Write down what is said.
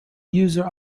user